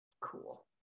Cool